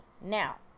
Now